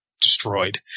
destroyed